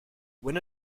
when